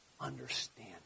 understand